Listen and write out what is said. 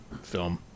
film